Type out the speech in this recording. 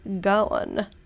gone